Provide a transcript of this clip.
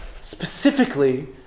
specifically